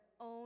own